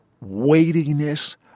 weightiness